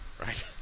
right